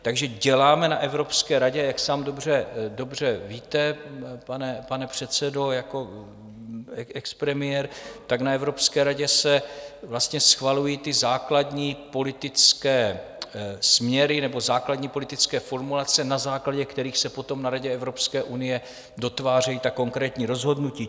Takže děláme na Evropské radě, jak sám dobře víte, pane předsedo, jako expremiér, tak na Evropské radě se schvalují základní politické směry nebo základní politické formulace, na základě kterých se potom na Radě Evropské unie dotvářejí ta konkrétní rozhodnutí.